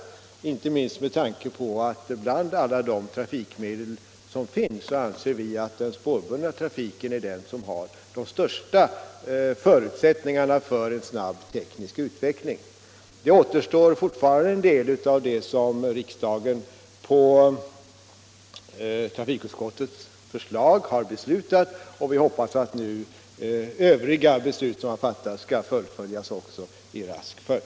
Detta gjorde vi inte minst därför att vi anser att av alla trafikmedel är den spårbundna trafiken den som har de största förutsättningarna för en snabb teknisk utveckling. Det återstår fortfarande en del av det som riksdagen på trafikutskottets förslag har beslutat, och vi hoppas nu att också övriga beslut som har fattats skall fullföljas i rask takt.